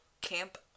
camp